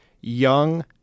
young